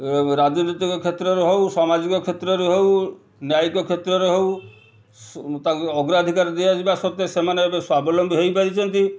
ରାଜନୈତିକ କ୍ଷେତ୍ରରେ ହଉ ସମାଜିକ କ୍ଷେତ୍ରରେ ହଉ ନ୍ୟାୟିକ କ୍ଷେତ୍ରରେ ହଉ ତାକୁ ଅଗ୍ରାଧିକାର ଦିଆଯିବା ସତ୍ତ୍ଵେ ସେମାନେ ଏବେ ସ୍ୱାବଲମ୍ବୀ ହେଇପାରିଛନ୍ତି